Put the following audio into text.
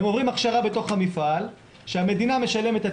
הם עוברים הכשרה בתוך המפעל שהמדינה משלמת את